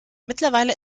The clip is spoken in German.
mittlerweile